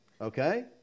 okay